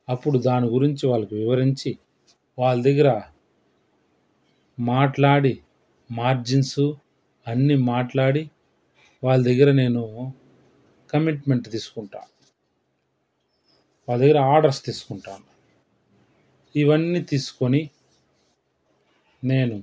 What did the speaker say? అప్పుడు దాని గురించి వాళ్ళకు వివరించి వాల్దగ్గర మాట్లాడి మార్జిన్సు అన్ని మాట్లాడి వాళ్ళ దగ్గర నేను కమిట్మెంట్ తీసుకుంటా వాళ్ళ దగ్గర ఆర్డర్స్ తీస్కుంటా ఇవన్నీ తీస్కొని నేను